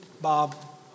Bob